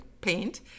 paint